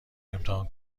امتحان